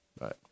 Right